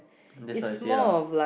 that's what I say lah